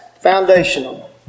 foundational